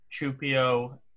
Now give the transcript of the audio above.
Chupio